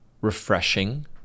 refreshing